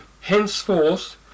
henceforth